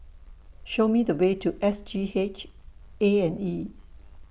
Show Me The Way to S G H A and E